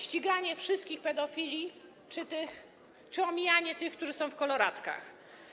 Ściganie wszystkich pedofili, czy omijanie tych, którzy są w koloratkach?